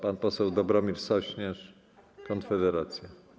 Pan poseł Dobromir Sośnierz, Konfederacja.